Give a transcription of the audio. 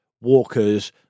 walkers